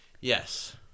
Yes